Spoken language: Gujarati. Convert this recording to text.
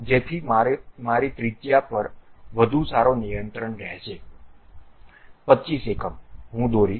જેથી મારો ત્રિજ્યા પર વધુ સારો નિયંત્રણ હશે 25 એકમ હું દોરીશ